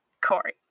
Corey